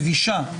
מבישה.